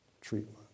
treatment